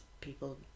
people